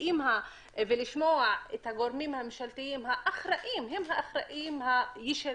עם הגורמים הממשלתיים שהם האחראים הישירים,